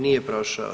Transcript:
Nije prošao.